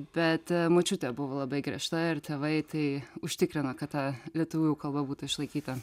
bet močiutė buvo labai griežta ir tėvai tai užtikrino kad ta lietuvių kalba būtų išlaikyta